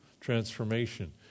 transformation